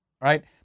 right